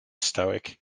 stoic